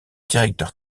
directeur